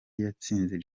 yatsinze